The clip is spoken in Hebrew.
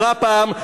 אמרה פעם,